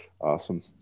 Awesome